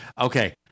Okay